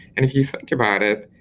and if you think about it,